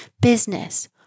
business